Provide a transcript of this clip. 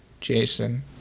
Jason